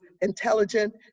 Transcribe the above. intelligent